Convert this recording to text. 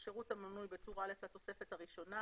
""שירות חיוני" - שירות המנוי בטור א' לתוספת הראשונה